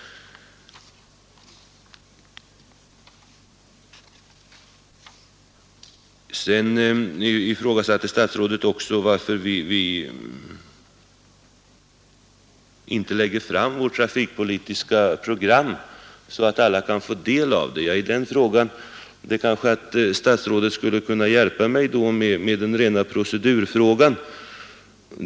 Sedan undrade statsrådet Norling varför vi inte lägger fram vårt trafikpolitiska program så att alla kan få del av det. I detta fall kanske statsrådet skulle kunna hjälpa mig med den rena procedurfrågan.